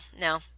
no